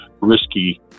risky